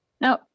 No